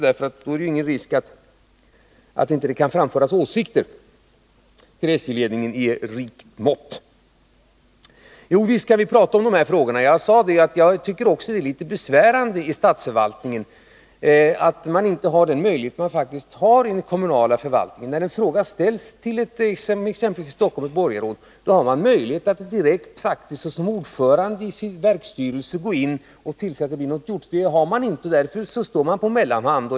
Risken att det inte i rikt mått skulle framföras åsikter till SJ-ledningen vore då mycket liten. Visst skall vi tala om dessa frågor. Jag sade tidigare att det är litet besvärligt att man i statsförvaltningen inte har de möjligheter man faktiskt har inom en kommunal förvaltning. När en fråga ställs till exempelvis ett borgarråd i Stockholm, har denne möjlighet att direkt såsom ordförande i verksstyrelsen gå in och tillse att någonting blir gjort. Den möjligheten har man inte inom statsförvaltningen, och därför kommer man på mellanhand.